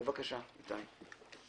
בבקשה, איתי עצמון.